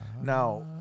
Now